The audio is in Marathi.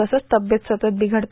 तसंच तब्येत सतत बिघडते